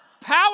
Power